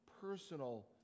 personal